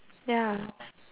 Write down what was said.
ya